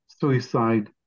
suicide